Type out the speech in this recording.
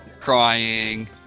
Crying